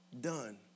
done